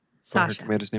Sasha